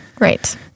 Right